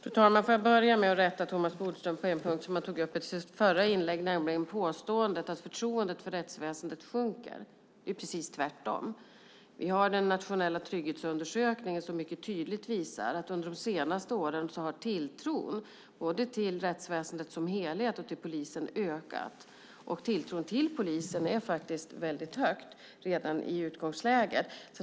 Fru talman! Jag vill börja med att rätta Thomas Bodström på en punkt som han tog upp i sitt förra inlägg, nämligen påståendet att förtroendet för rättsväsendet sjunker. Det är precis tvärtom. Den nationella trygghetsundersökningen visar mycket tydligt att under de senaste åren har tilltron både till rättsväsendet som helhet och till polisen ökat. Tilltron till polisen är väldigt stor redan i utgångsläget.